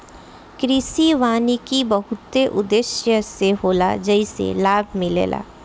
कृषि वानिकी बहुते उद्देश्य से होला जेइसे लाभ मिलेला